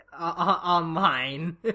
online